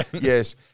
yes